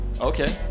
Okay